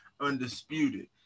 undisputed